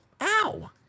ow